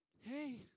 hey